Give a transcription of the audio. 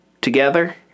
together